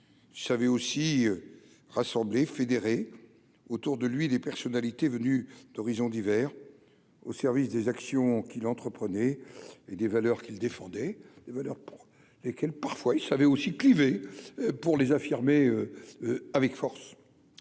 savait aussi rassembler, fédérer autour de lui des personnalités venues d'horizons divers, au service des actions qu'il entreprenait et des valeurs qu'il défendait les valeurs pour lesquelles parfois ils savaient aussi cliver pour les affirmer avec force